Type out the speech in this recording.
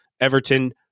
Everton